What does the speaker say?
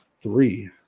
three